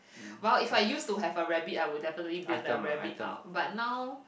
but if I used to have a rabbit I would definitely bring the rabbit out but now